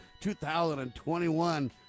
2021